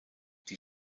die